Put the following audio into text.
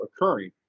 occurring